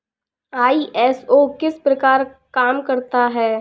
ISO किस प्रकार काम करता है